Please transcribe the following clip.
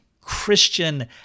Christian